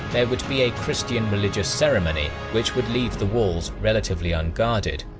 there would be a christian religious ceremony which would leave the walls relatively unguarded.